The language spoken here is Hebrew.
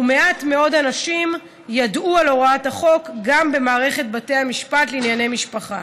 ומעט מאוד אנשים ידעו על הוראת החוק גם במערכת בתי המשפט לענייני משפחה.